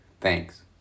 Thanks